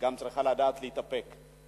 וגם צריכה לדעת להתאפק.